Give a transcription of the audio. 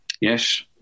yes